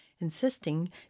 insisting